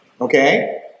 okay